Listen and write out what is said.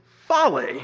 folly